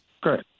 Great